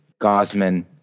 Gosman